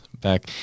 back